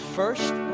first